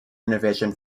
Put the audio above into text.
innovation